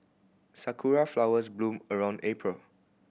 sakura flowers bloom around April